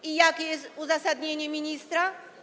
I jakie jest uzasadnienie ministra?